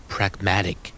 Pragmatic